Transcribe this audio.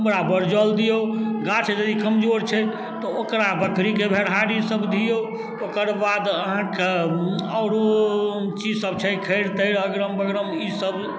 पर जल दिऔ गाछ यदि कमजोर छै तऽ ओकरा बकरीके भेनाड़ीसब दिऔ ओकर बाद अहाँके आओर चीजसब छै खैर तैर अगरम बगरम ईसब